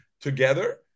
together